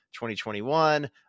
2021